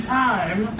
time